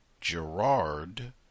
Gerard